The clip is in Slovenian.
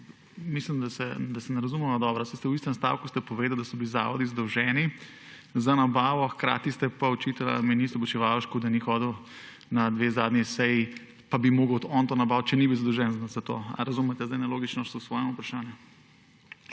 Mislim, da se ne razumeva dobro. V istem stavku ste povedali, da so bili zavodi zadolženi za nabavo, hkrati ste pa očitali ministru Počivalšku, da ni hodil na dve zadnji seji, pa bi moral on to nabaviti, čeprav ni bil zadolžen za to. Ali razumete zdaj nelogičnost v svojem vprašanju?